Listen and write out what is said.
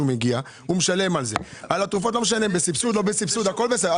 על התרופות, בסבסוד, לא בסבסוד - הכול בסדר.